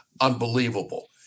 unbelievable